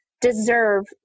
deserve